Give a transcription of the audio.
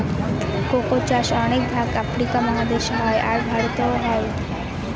cocoa চাষ অনেক ভাগ আফ্রিকা মহাদেশে হয়, আর ভারতেও হয়